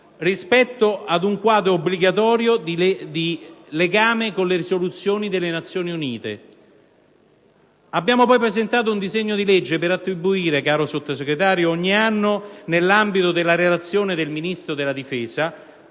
rispetto ad un quadro obbligatorio di legame con le risoluzioni delle Nazioni Unite. Abbiamo poi presentato un disegno di legge per attribuire, caro Sottosegretario, ogni anno, nell'ambito della relazione del Ministro della difesa,